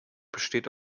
besteht